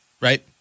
right